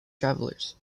travellers